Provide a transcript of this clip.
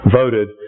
voted